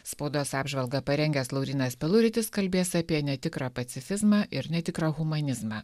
spaudos apžvalgą parengęs laurynas peluritis kalbės apie netikrą pacifizmą ir netikrą humanizmą